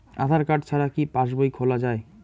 আধার card ছাড়া কি পাসবই খোলা যায়?